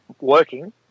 working